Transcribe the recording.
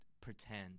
pretend